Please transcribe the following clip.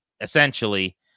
essentially